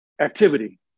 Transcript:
Activity